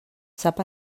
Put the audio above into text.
sap